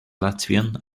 latvian